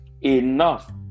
Enough